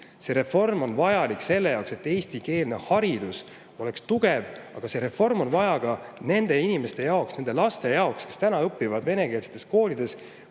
See reform on vajalik selle jaoks, et eestikeelne haridus oleks tugev, aga see reform on vajalik ka nende inimeste jaoks, nende laste jaoks, kes praegu õpivad venekeelsetes koolides.